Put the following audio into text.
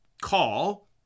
call